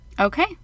Okay